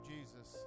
Jesus